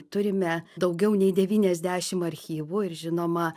turime daugiau nei devyniasdešim archyvų ir žinoma